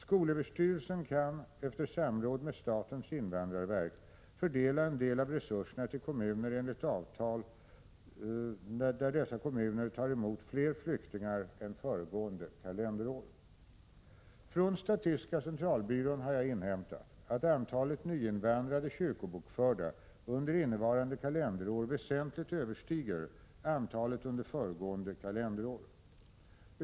Skolöverstyrelsen kan, efter samråd med statens invandrarverk, fördela en del av resurserna till kommuner som enligt avtal tar emot fler flyktingar än föregående kalenderår. Från statistiska centralbyrån har jag inhämtat att antalet nyinvandrade kyrkobokförda under innevarande kalenderår väsentligt överstiger antalet under föregående kalenderår.